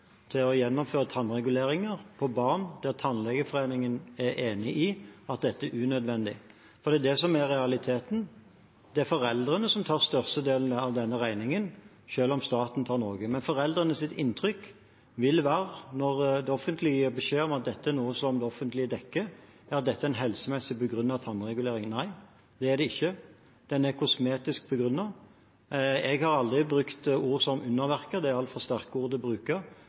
til å gjennomføre tannregulering på barn der Tannlegeforeningen er enig i at dette er unødvendig. For det er det som er realiteten. Det er foreldrene som tar størstedelen av denne regningen, selv om staten tar noe. Når det offentlige gir beskjed om at dette er noe de dekker, vil foreldrenes inntrykk være at det er en helsemessig begrunnet tannregulering. Det er det ikke. Den er kosmetisk begrunnet. Jeg har aldri brukt ord som «underverker» – det er altfor sterke ord å bruke. Men at dette er en del av kroppspresset, er jeg ikke i tvil om, og det